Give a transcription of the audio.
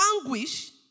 anguish